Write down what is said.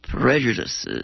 prejudices